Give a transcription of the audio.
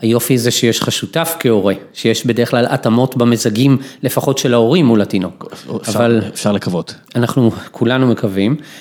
היופי זה שיש לך שותף כהורה, שיש בדרך כלל התאמות במזגים לפחות של ההורים מול התינוק, אבל אפשר לקוות, אנחנו כולנו מקווים.